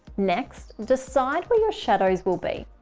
next, decide where your shadows will be.